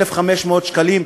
1,500 שקלים,